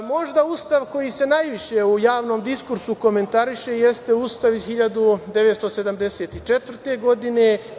Možda Ustav koji se najviše u javnom diskursu komentariše jeste Ustav iz 1974. godine.